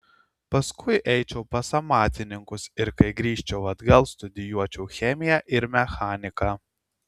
paskui eičiau pas amatininkus ir kai grįžčiau atgal studijuočiau chemiją ir mechaniką